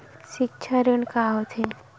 सिक्छा ऋण का होथे?